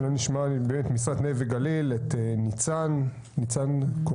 אולי נשמע ממשרד נגב גליל את ניצן קורקין.